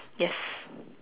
yes